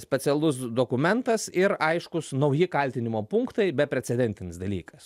specialus dokumentas ir aiškūs nauji kaltinimo punktai beprecedentinis dalykas